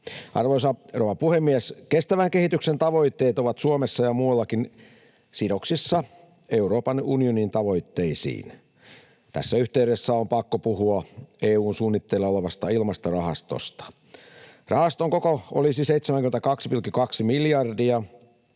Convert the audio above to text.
Arvoisa rouva puhemies! Kestävän kehityksen tavoitteet ovat Suomessa ja muuallakin sidoksissa Euroopan unionin tavoitteisiin. Tässä yhteydessä on pakko puhua EU:n suunnitteilla olevasta ilmastorahastosta. Rahaston koko olisi 72,2 miljardia